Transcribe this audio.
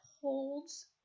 holds